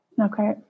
Okay